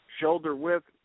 shoulder-width